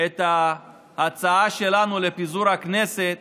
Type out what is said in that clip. את ההצעה שלנו לפיזור הכנסת